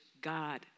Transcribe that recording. God